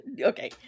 Okay